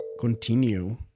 continue